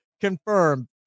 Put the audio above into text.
Confirmed